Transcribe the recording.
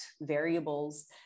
variables